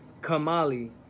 Kamali